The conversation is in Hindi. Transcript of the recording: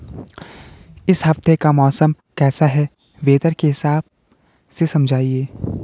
इस हफ्ते का मौसम कैसा है वेदर के हिसाब से समझाइए?